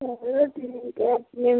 अरे ठीक है फिर